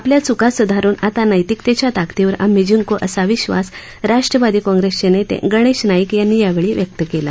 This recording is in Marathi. आपल्या चुका सुधारून आता नैतिकतेच्या ताकदीवर आम्ही जिंकू असा विश्वास राष्ट्रवादी काँग्रेसचे नेते गणेश नाईक यांनी यावेळी व्यक्त केला